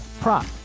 prop